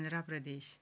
Andhra Pradesh